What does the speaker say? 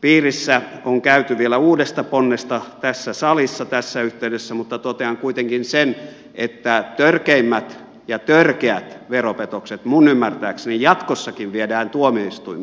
piirissä on käyty vielä uudesta ponnesta tässä salissa tässä yhteydessä mutta totean kuitenkin sen että törkeimmät ja törkeät veropetokset minun ymmärtääkseni jatkossakin viedään tuomioistuimiin